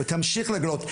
ותמשיך לגלות,